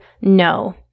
no